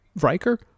Riker